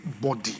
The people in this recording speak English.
body